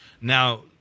Now